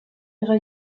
ihrer